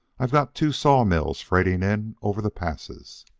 i've got two sawmills freighting in over the passes.